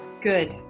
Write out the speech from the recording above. good